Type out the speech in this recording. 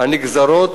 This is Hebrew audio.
הנגזרות